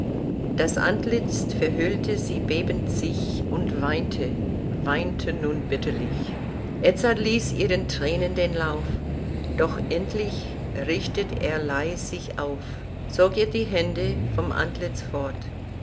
das antlitz verhüllte sie bebend sich und weinte weinte nun bitterlich edzard ließ ihren thränen den lauf doch endlich richtet er leis sich auf zog ihr die hände vom antlitz fort